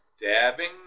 dabbing